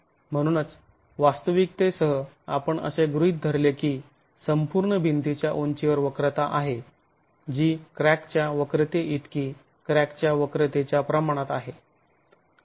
म्हणूनच वास्तविकतेसह आपण असे गृहीत धरले की संपूर्ण भिंतीच्या उंचीवर वक्रता आहे जी क्रॅकच्या वक्रते इतकी क्रॅकच्या वक्रतेच्या प्रमाणात आहे